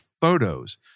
photos